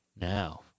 Now